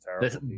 terrible